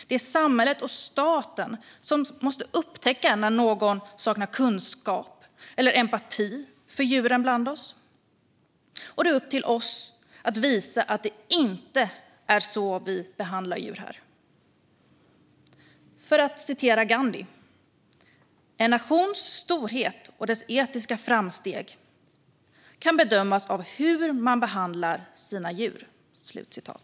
Det är samhället och staten som måste upptäcka när någon saknar kunskap eller empati för djuren bland oss. Och det är upp till oss att visa att det inte är så vi behandlar djur. Gandhi sa: En nations storhet och dess etiska framsteg kan bedömas av hur man behandlar sina djur.